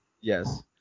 Yes